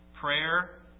prayer